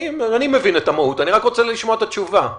אני מבין את המהות, אני רק רוצה לשמוע את התשובה.